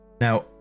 now